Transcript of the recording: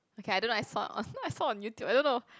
okay I don't know I saw I saw on YouTube I don't know